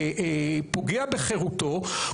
פוגע בחירותו,